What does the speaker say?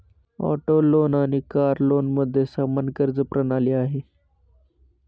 auto loan आणि car लोनमध्ये समान कर्ज प्रणाली आहे